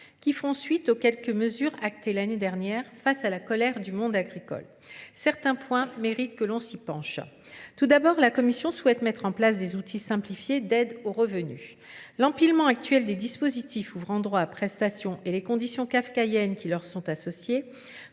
qui font suite aux quelques mesures actées l'année dernière face à la colère du monde agricole. Certains points méritent que l'on s'y penche. Tout d'abord, la Commission souhaite mettre en place des outils simplifiés d'aide aux revenus. L'empilement actuel des dispositifs ouvrant droit à prestations et les conditions kafkaïennes qui leur sont associées